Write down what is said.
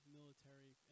military